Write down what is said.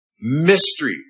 Mystery